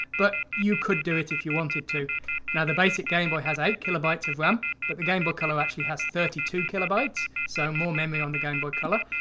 but you could do it if you wanted to now the basic game boy has eight kilobytes of ram. but the game boy color actually has thirty two kilobytes. so more memory on the game boy color.